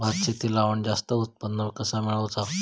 भात शेती लावण जास्त उत्पन्न कसा मेळवचा?